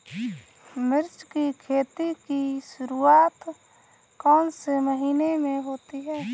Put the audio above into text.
मिर्च की खेती की शुरूआत कौन से महीने में होती है?